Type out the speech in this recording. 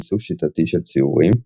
באיסוף שיטתי של ציורים,